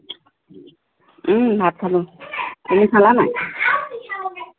ভাত খালোঁ তুমি খালা নাই